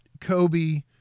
Kobe